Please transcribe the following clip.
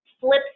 flips